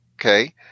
Okay